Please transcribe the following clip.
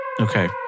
Okay